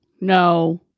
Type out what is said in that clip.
No